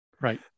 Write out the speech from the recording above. right